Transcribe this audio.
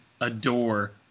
adore